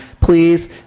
please